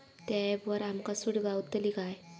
त्या ऍपवर आमका सूट गावतली काय?